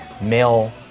male